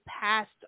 past